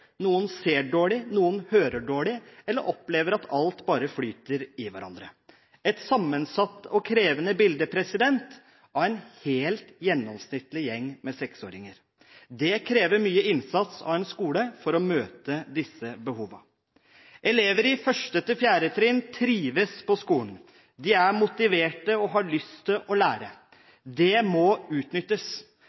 noen ser dårlig, noen hører dårlig, og noen opplever at alt bare flyter i hverandre – et sammensatt og krevende bilde av en helt gjennomsnittlig gjeng med seksåringer. Det krever mye innsats av en skole å møte disse behovene. Elever i 1.–4.trinn trives på skolen. De er motiverte og har lyst til å lære. Det må utnyttes,